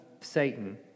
Satan